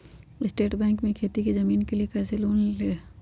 State bank से खेती की जमीन के लिए कैसे लोन ले?